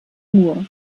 mur